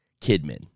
Kidman